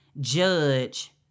judge